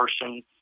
person